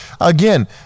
Again